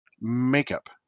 makeup